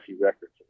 Records